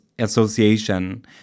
Association